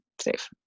safe